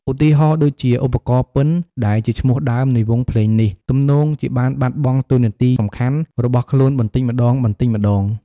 ឧទាហរណ៍ដូចជា ឧបករណ៍ពិណ ដែលជាឈ្មោះដើមនៃវង់ភ្លេងនេះ ទំនងជាបានបាត់បង់តួនាទីសំខាន់របស់ខ្លួនបន្តិចម្ដងៗ។